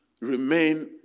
remain